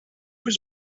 was